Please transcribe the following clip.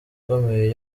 ikomeye